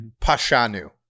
Pashanu